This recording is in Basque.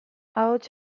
ahots